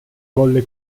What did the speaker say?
volle